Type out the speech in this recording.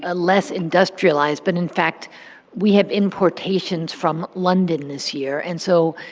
ah less industrialized. but, in fact we have importations from london this year. and so,